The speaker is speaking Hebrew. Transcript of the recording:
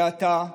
ועתה,